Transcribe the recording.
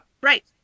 Right